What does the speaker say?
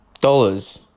dollars